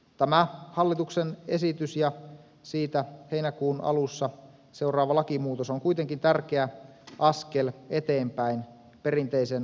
tämä hallituksen esitys ja siitä heinäkuun alussa seuraava lakimuutos on kuitenkin tärkeä askel eteenpäin perinteisen kullanhuuhdontaperinteen turvaamisessa